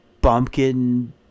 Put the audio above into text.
bumpkin